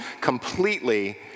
completely